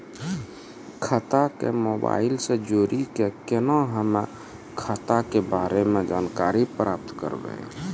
खाता के मोबाइल से जोड़ी के केना हम्मय खाता के बारे मे जानकारी प्राप्त करबे?